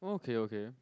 okay okay